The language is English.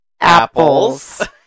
apples